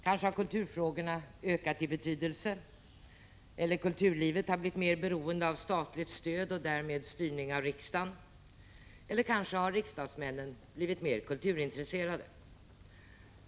Kanske har kulturfrågorna ökat i betydelse, eller kanske har kulturlivet blivit mer beroende av statligt stöd och därmed styrning av riksdagen, eller kanske har riksdagsmännen blivit mer kulturintresserade.